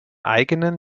eigenen